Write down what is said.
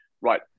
Right